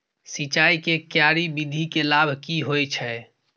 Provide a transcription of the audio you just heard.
सिंचाई के क्यारी विधी के लाभ की होय छै?